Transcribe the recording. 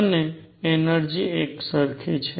અને એનર્જિ એક સરખી છે